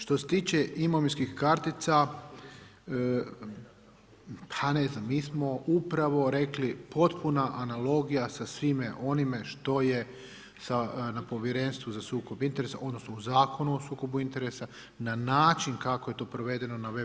Što se tiče imovinskih kartica, pa ne znam, mi smo upravo rekli potpuna analogija sa svime onime što je na Povjerenstvu za sukob interesa odnosno u Zakonu o sukobu interesa na način kako je to provedeno na web.